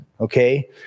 okay